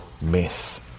myth